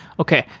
okay.